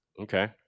Okay